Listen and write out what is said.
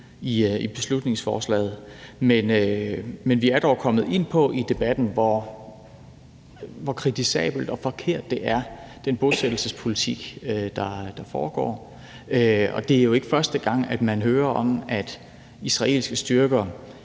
i beslutningsforslaget. Men vi er dog kommet ind på, i debatten, hvor kritisabelt og forkert det er med den bosættelsespolitik, der foregår. Det er jo ikke første gang, man hører om, at israelske styrker